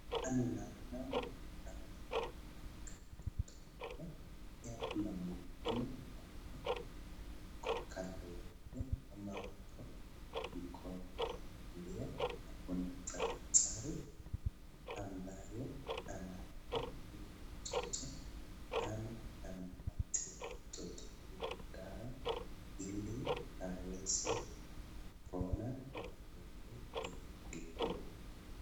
Hapa ninaona mama ameshika mtoto wake, na kuna mwingine yuko kando yake ama yuko mkono wake wa kulia. Na kuna daktari ambaye anamuona huyo mtoto ama anapatia mtoto huyo dawa ili aweze kupona na ugonjwa uliokuwa naye.